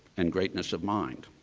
and greatness of mind.